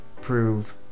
prove